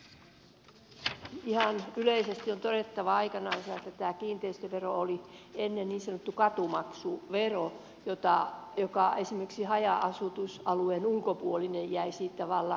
ihan yleisesti on todettava että tämä kiinteistövero oli ennen niin sanottu katumaksuvero ja esimerkiksi haja asutusalueen ulkopuolinen jäi siitä vallan vapaaksi